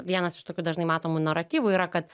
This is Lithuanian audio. vienas iš tokių dažnai matomų naratyvų yra kad